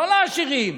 לא לעשירים.